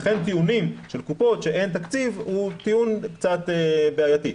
לכן הטיעון של קופות שאין תקציב הוא טיעון קצת בעייתי.